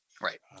Right